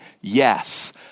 yes